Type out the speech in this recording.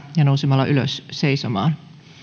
ja nousemalla ylös seisomaan